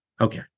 Okay